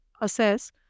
assess